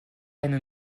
eine